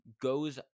goes